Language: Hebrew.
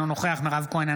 אינו נוכח מירב כהן,